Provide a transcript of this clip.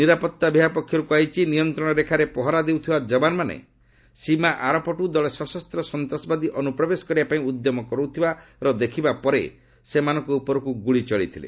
ନିରାପତ୍ତା ବିଭାଗ ପକ୍ଷରୁ କୁହାଯାଇଛି ନିୟନ୍ତ୍ରଣ ରେଖାରେ ପହରା ଦେଉଥିବା ଯବାନମାନେ ସୀମା ଆରପଟୁ ଦଳେ ସଶସ୍ତ ସନ୍ତାସବାଦୀ ଅନୁପ୍ରବେଶ କରିବାପାଇଁ ଉଦ୍ୟମ କରୁଥିବା ଦେଖିବା ପରେ ସେମାନଙ୍କୁ ଉପରକୁ ଗୁଳି ଚଳାଇଥିଲେ